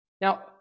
Now